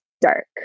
dark